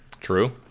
True